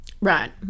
right